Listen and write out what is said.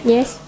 Yes